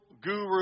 guru